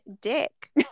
Dick